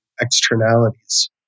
externalities